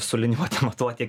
su liniuote matuoti